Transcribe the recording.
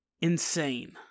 insane